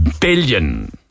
billion